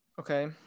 Okay